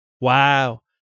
Wow